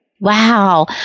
Wow